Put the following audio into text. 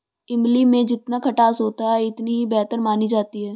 इमली में जितना खटास होता है इतनी ही बेहतर मानी जाती है